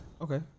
Okay